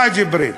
אז בא ג'יבריל.